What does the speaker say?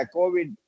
Covid